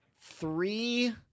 three